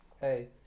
Hey